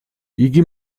იგი